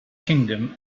kingdom